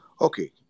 Okay